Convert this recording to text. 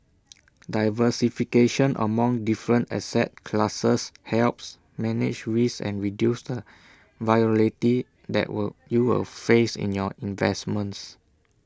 diversification among different asset classes helps manage risk and reduce the volatility that will you will face in your investments